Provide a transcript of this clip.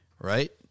Right